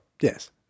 yes